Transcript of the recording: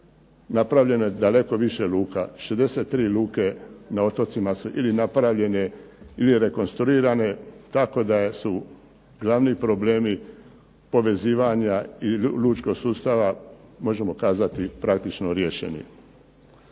napravljeno je daleko više luka. 63 luke na otocima su ili napravljene ili rekonstruirane, tako da su glavni problemi povezivanja i lučkog sustava možemo kazati praktično riješeni.